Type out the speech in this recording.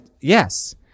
yes